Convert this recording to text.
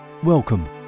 Welcome